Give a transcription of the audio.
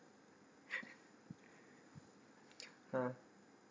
ah